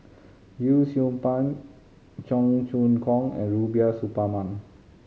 Yee Siew Pun Cheong Choong Kong and Rubiah Suparman